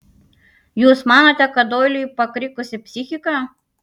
jūs manote kad doiliui pakrikusi psichika